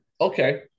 Okay